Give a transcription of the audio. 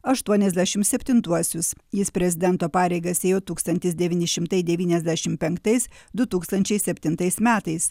aštuoniasdešim septintuosius jis prezidento pareigas ėjo tūkstantis devyni šimtai devyniasdešim penktais du tūkstančiai septintais metais